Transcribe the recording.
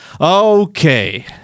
Okay